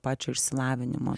pačio išsilavinimo